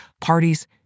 parties